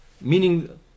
meaning